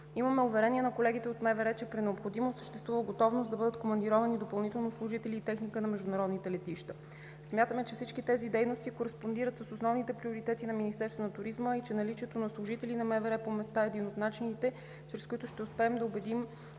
Имаме уверението на колегите от МВР, че при необходимост съществува готовност да бъдат командировани допълнително служители и техника на международните летища. Смятаме, че всички тези дейности кореспондират с основните приоритети на Министерството на туризма и че наличието на служители на МВР по места е един от начините, чрез които ще успеем да убедим